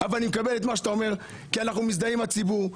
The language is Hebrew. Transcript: אבל אני מקבל את מה שאתה אומר כי אנחנו מזדהים עם הציבור.